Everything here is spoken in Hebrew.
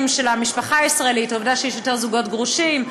של המשפחה הישראלית: העובדה שיש יותר זוגות גרושים,